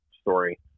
story